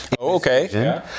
Okay